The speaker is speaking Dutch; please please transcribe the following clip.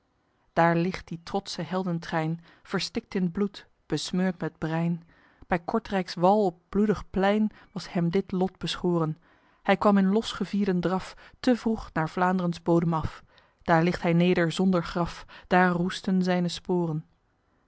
daer ligt die trotsche heldentrein verstikt in t bloed besmeurd met brein by kortryks wal op t bloedig plein was hem dit lot beschoren hy kwam in losgevierden draf te vroeg naer vlaendrens bodem af daer ligt hy neder zonder graf daer roesten zyne sporen